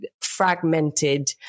fragmented